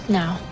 now